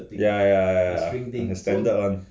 ya ya ya ya the standard one